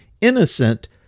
innocent